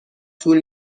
طول